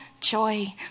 joy